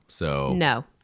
No